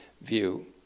view